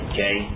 Okay